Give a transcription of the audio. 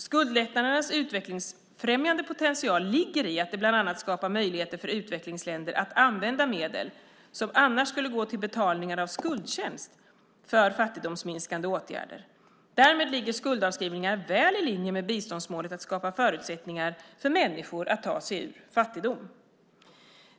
Skuldlättnadernas utvecklingsfrämjande potential ligger i att de bland annat skapar möjligheter för utvecklingsländer att använda medel, som annars skulle gå till betalningar av skuldtjänst, för fattigdomsminskande åtgärder. Därmed ligger skuldavskrivningar väl i linje med biståndsmålet att skapa förutsättningar för människor att ta sig ur fattigdom.